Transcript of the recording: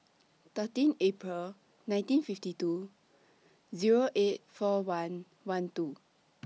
thirteen April nineteen fifty two Zero eight four one one two